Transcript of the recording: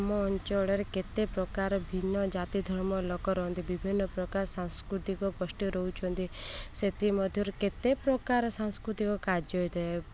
ଆମ ଅଞ୍ଚଳରେ କେତେ ପ୍ରକାର ଭିନ୍ନ ଜାତି ଧର୍ମ ଲୋକ ରହନ୍ତି ବିଭିନ୍ନ ପ୍ରକାର ସାଂସ୍କୃତିକ ଗୋଷ୍ଠୀ ରହୁଛନ୍ତି ସେଥିମଧ୍ୟରୁ କେତେ ପ୍ରକାର ସାଂସ୍କୃତିକ କାର୍ଯ୍ୟ ହୋଇଥାଏ